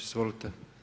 Izvolite.